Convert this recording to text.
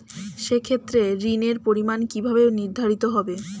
সে ক্ষেত্রে ঋণের পরিমাণ কিভাবে নির্ধারিত হবে?